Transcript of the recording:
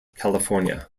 california